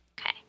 Okay